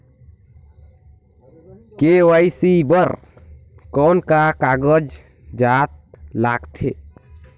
KYC बर कौन का कागजात लगथे?